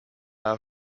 are